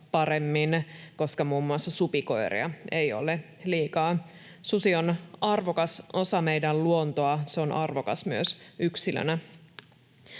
koska muun muassa supikoiria ei ole liikaa. Susi on arvokas osa meidän luontoa. Se on arvokas myös yksilönä.